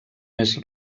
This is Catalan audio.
més